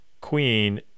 Queen